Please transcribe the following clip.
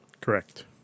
Correct